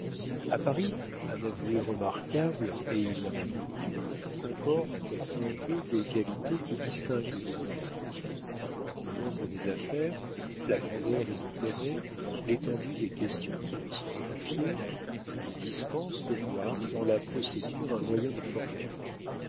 a paris un avoué remarquable et il y en a beaucoup comporte un peu des qualités qui distinguent le diplomate le nombre des affaires la grandeur des intérêts l'étendue des questions qui lui sont confiées le dispensent de voir dans la procédure un moyen de fortune